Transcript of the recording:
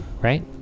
right